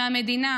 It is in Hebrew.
מהמדינה,